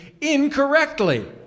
incorrectly